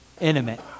intimate